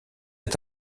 est